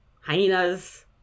hyenas